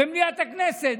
במליאת הכנסת,